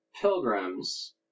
pilgrims